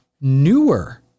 newer